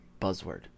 buzzword